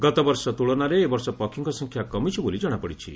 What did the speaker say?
ଗତବର୍ଷ ତୁଳନାରେ ଏବର୍ଷ ପକ୍ଷୀଙ୍କ ସଂଖ୍ୟା କମିଛି ବୋଲି ଜଶାପଡ଼ିଛି